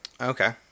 Okay